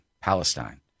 Palestine